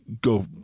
go